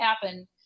happen